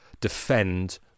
defend